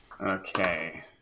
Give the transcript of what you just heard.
Okay